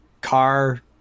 car